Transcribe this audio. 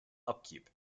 upkeep